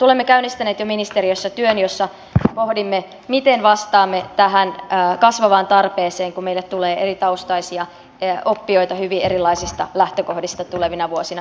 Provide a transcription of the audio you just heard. olemme jo käynnistäneet ministeriössä työn jossa pohdimme miten vastaamme tähän kasvavaan tarpeeseen kun meille tulee eritaustaisia oppijoita hyvin erilaisista lähtökohdista tulevina vuosina entistäkin enemmän